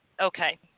Okay